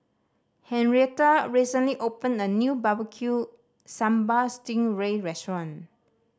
Henrietta recently opened a new Barbecue Sambal sting ray restaurant